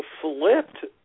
flipped